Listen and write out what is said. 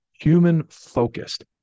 human-focused